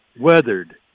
weathered